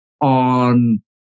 on